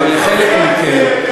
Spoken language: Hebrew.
אבל לחלק מכם,